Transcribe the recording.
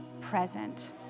present